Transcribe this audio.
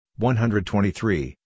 123